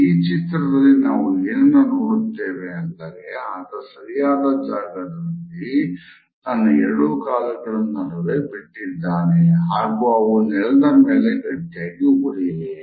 ಈ ಚಿತ್ರದಲ್ಲಿ ನಾವು ಏನನ್ನ ನೋಡುತ್ತೇವೆ ಅಂದರೆ ಈತ ಸರಿಯಾದ ಜಾಗವನ್ನು ತನ್ನ ಎರಡೂ ಕಾಲುಗಳ ನಡುವೆ ಬಿಟ್ಟಿದ್ದಾನೆ ಹಾಗು ಅವು ನೆಲದ ಮೇಲೆ ಗಟ್ಟಿಯಾಗಿ ಊರಿವೆ